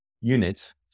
units